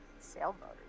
sailboat